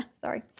Sorry